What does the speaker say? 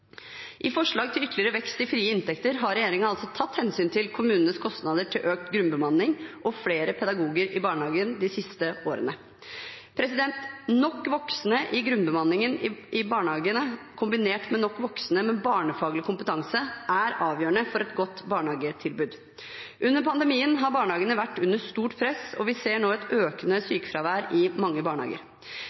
I forslag til ytterligere vekst i frie inntekter har regjeringen altså tatt hensyn til kommunenes kostnader til økt grunnbemanning og flere pedagoger i barnehagene de siste årene. Nok voksne i grunnbemanningen i barnehagene kombinert med nok voksne med barnefaglig kompetanse er avgjørende for et godt barnehagetilbud. Under pandemien har barnehagene vært under stort press, og vi ser nå et økende sykefravær i mange barnehager.